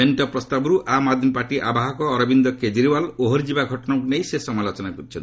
ମେଣ୍ଟ ପ୍ରସ୍ତାବରୁ ଆମ୍ ଆଦ୍ମୀ ପାର୍ଟି ଆବାହକ ଅରବିନ୍ଦ କେଜରିୱାଲ ଓହରିଯିବା ଘଟଣାକୁ ନେଇ ସେ ସମାଲୋଚନା କରିଛନ୍ତି